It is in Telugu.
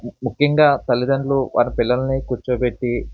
ముఖ్యంగా తల్లిదండ్రులు వారి పిల్లలని కుర్చోబెట్టి